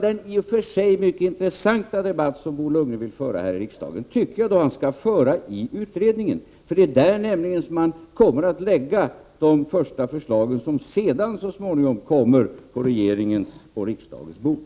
Den i och för sig intressanta debatt som Bo Lundgren vill föra här i riksdagen tycker jag att han skall föra i utredningen, för det är där man kommer att lägga fram de första förslagen, som sedan så småningom kommer på regeringens och riksdagens bord.